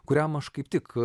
kuriam aš kaip tik